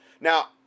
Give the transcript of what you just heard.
Now